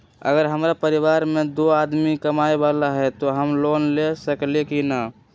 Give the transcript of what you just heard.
अगर हमरा परिवार में दो आदमी कमाये वाला है त हम लोन ले सकेली की न?